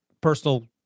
personal